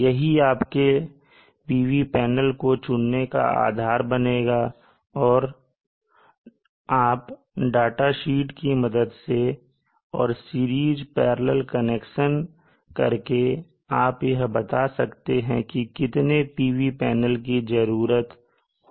यही आपके PV panel को चुनने का आधार बनेगा और आप डाटा शीट की मदद से और सीरिज़ पैरलल कनेक्शन करके आप यह बता सकते हैं की कितने PV पैनल की जरूरत होगी